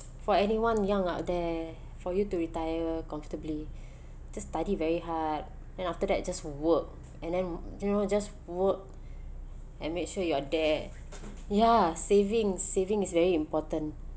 for anyone young out there for you to retire comfortably just study very hard then after that just work and then you know just work and make sure you're there ya saving saving is very important